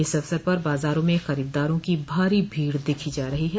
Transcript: इस अवसर पर बाजारों में खरीददारों की भारी भीड़ देखी जा रहो है